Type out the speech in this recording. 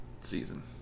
season